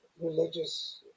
religious